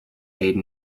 made